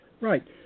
Right